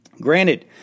Granted